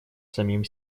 самим